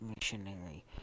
missionary